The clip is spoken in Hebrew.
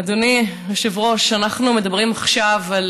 אדוני היושב-ראש, אנחנו מדברים עכשיו על